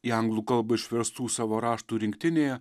į anglų kalbą išverstų savo raštų rinktinėje